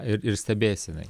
ir ir stebėsenai